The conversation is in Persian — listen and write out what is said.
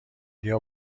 بیا